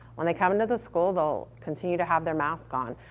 when they come into the school, they'll continue to have their mask on.